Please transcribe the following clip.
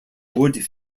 wood